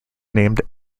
named